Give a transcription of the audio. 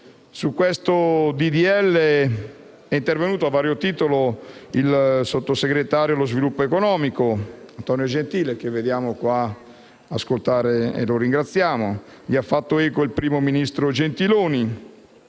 di legge è intervenuto a vario titolo il sottosegretario allo sviluppo economico Antonio Gentile, che è qua ad ascoltarci e di questo lo ringraziamo. Gli ha fatto eco il primo ministro Gentiloni